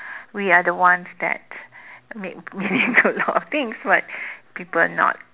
we are the ones that make meaning to a lot of things but people not